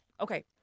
Okay